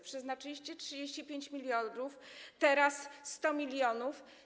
Przeznaczyliście 35 mln, teraz 100 mln.